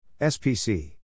SPC